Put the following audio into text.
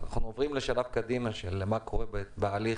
אנחנו עוברים לשלב קדימה של מה קורה בהליך,